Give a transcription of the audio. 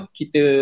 kita